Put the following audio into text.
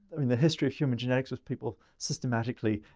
i mean the history of human genetics was people systematically,